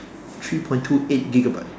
three point two eight gigabyte